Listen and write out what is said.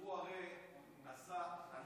הוא הרי עשה.